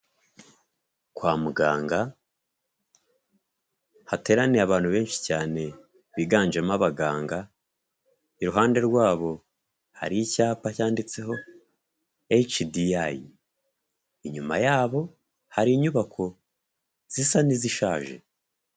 Kwa muganga hateraniye abantu benshi cyane biganjemo abaganga, iruhande rwabo hari icyapa cyanditseho hecidiyayi, inyuma yabo hari inyubako zisa n'izishaje.